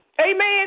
Amen